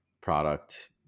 product